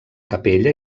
capella